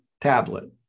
tablet